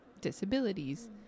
disabilities